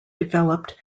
developed